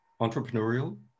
entrepreneurial